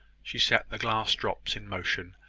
she set the glass-drops in motion,